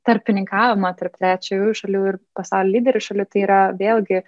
tarpininkavimą tarp trečiųjų šalių ir pasaulio lyderių šalių tai yra vėlgi